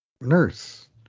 Nurse